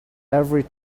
every